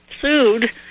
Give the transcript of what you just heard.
sued